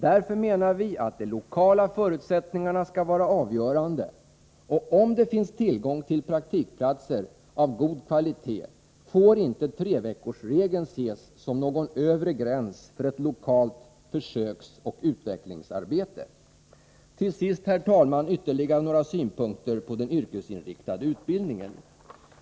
Därför menar vi att de lokala förutsättningarna skall vara avgörande. Om det finns tillgång till praktikplatser av god kvalitet får inte treveckorsregeln ses som någon övre gräns för ett lokalt försöksoch utvecklingsarbete. Till sist, herr talman, ytterligare några synpunkter på den yrkesinriktade utbildningen.